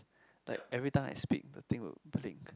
like every time I speak the thing will blink